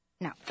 No